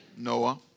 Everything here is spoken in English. Noah